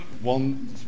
One